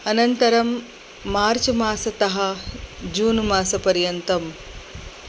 अनन्तरं मार्च् मासतः जून् मासपर्यन्तं